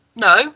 No